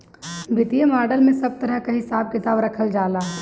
वित्तीय मॉडल में सब तरह कअ हिसाब किताब रखल जाला